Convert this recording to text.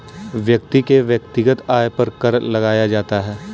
व्यक्ति के वैयक्तिक आय पर कर लगाया जाता है